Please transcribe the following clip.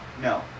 No